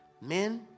Men